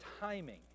timing